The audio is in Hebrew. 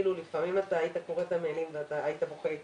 לפעמים היית קורא את המיילים והיית בוכה אתם.